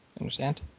understand